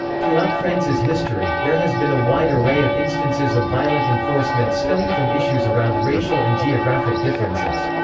throughout france's history, there has been a wide array of instances of violent enforcement stemming from issues around racial and geographic differences.